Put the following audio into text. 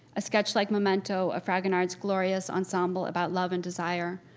a sketch like memento of fragonard's glorious ensemble about love and desire,